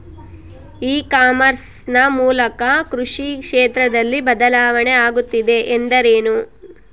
E commerce ನ ಮೂಲಕ ಕೃಷಿ ಕ್ಷೇತ್ರದಲ್ಲಿ ಬದಲಾವಣೆ ಆಗುತ್ತಿದೆ ಎಂದರೆ ಏನು?